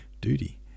duty